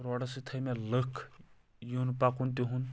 روڈَس سۭتۍ تھٲۍ مےٚ لُکھ یُن پَکُن تِہُنٛد